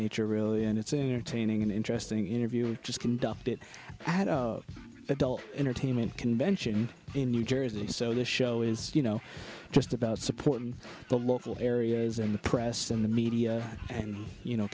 nature really and it's entertaining and interesting interview just conducted adult entertainment convention in new jersey so this show is you know just about supporting the local areas in the press in the media and you know